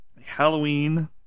Halloween